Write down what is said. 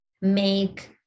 make